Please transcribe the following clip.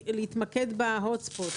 להתמקד ב-Hot spots,